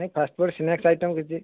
ନାଇ fast food snacks item କିଛି